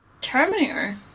Terminator